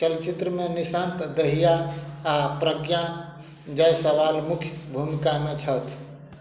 चलचित्रमे निशान्त दहिया आ प्रज्ञा जायसवाल मुख्य भूमिकामे छथि